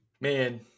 Man